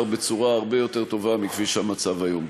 בצורה הרבה יותר טובה מכפי שהמצב היום.